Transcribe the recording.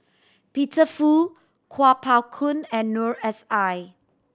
Peter Fu Kuo Pao Kun and Noor S I